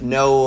no